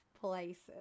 places